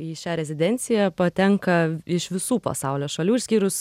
į šią rezidenciją patenka iš visų pasaulio šalių išskyrus